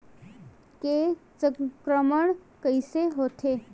के संक्रमण कइसे होथे?